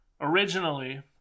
Originally